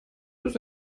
ist